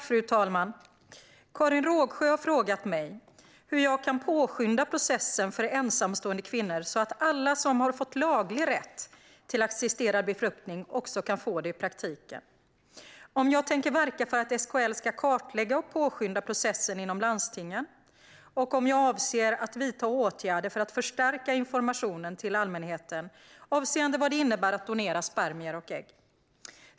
Fru talman! Karin Rågsjö har frågat mig hur jag kan påskynda processen för ensamstående kvinnor så att alla som har fått laglig rätt till assisterad befruktning också kan få det i praktiken om jag tänker verka för att SKL ska kartlägga och påskynda processen inom landstingen om jag avser att vidta åtgärder för att förstärka informationen till allmänheten avseende vad det innebär att donera spermier och ägg.